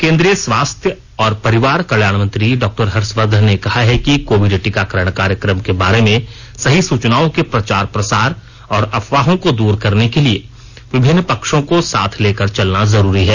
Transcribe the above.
केंद्रीय स्वास्थ्य और परिवार कल्याण मंत्री डॉ हर्षवर्धन ने कहा है कि कोविड टीकाकरण कार्यक्रम के बारे में सही सुचनाओं के प्रचार प्रसार और अफवाहों को दूर करने के लिए विभिन्न पक्षों को साथ लेकर चलना बहुत जरूरी है